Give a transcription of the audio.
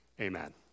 Amen